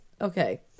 Okay